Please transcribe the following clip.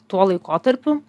tuo laikotarpiu